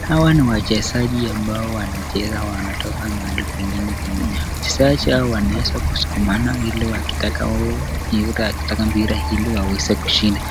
hawa ni wachezaji ambao wanacheza wametoka mahali kwingine kwingine sasa hawa wanaweza kusukumana iliwakitaka mpira iliwawezekushinda